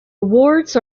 awards